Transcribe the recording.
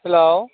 hello